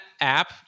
app